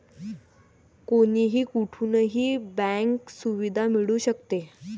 कोणीही कुठूनही बँक सुविधा मिळू शकते